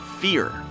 fear